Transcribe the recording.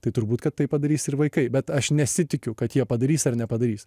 tai turbūt kad taip padarys ir vaikai bet aš nesitikiu kad jie padarys ar nepadarys